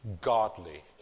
godly